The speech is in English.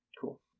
cool